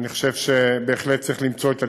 אני חושב שבהחלט צריך למצוא את הדרך,